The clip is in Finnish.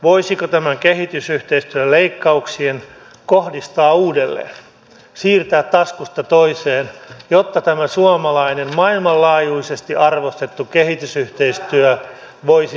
voisiko tämän kehitysyhteistyön leikkauksen kohdistaa uudelleen siirtää taskusta toiseen jotta tämä suomalainen maailmanlaajuisesti arvostettu kehitysyhteistyö voisi säilyä täällä